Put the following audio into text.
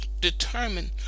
determine